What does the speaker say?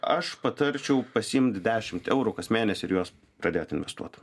aš patarčiau pasiimt dešimt eurų kas mėnesį ir juos pradėt investuot